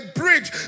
bridge